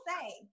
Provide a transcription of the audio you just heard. say